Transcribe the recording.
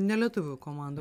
ne lietuvių komanda